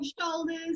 shoulders